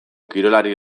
kirolari